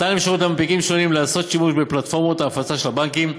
מתן אפשרות למנפיקים שונים לעשות שימוש בפלטפורמות ההפצה של הבנקים,